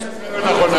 אני חושב שזה לא נכון.